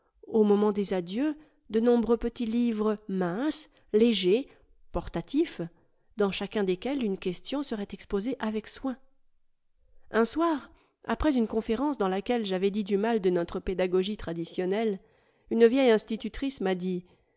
au moment des adieux de nombreux petits livres minces légers portatifs dans chacun desquels une question serait exposée avec soin un soir après une conférence dans laquelle j'avais dit du mal de notre pédagogie traditionnelle une vieille institutrice m'a dit